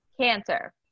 Cancer